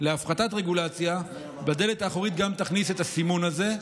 להפחתת רגולציה גם תכניס בדלת האחורית את הסימון הזה,